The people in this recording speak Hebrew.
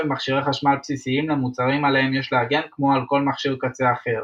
מכשירי חשמל בסיסיים למוצרים עליהם יש להגן כמו על כל מכשיר קצה אחר.